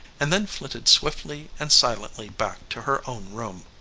and then flitted swiftly and silently back to her own room.